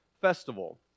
festival